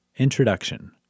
Introduction